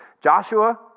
Joshua